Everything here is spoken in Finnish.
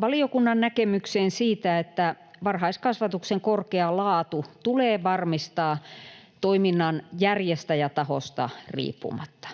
valiokunnan näkemykseen siitä, että varhaiskasvatuksen korkea laatu tulee varmistaa toiminnan järjestäjätahosta riippumatta.